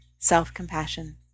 self-compassion